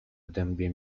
dębie